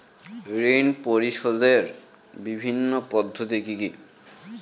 ঋণ পরিশোধের বিভিন্ন পদ্ধতি কি কি?